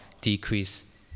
decrease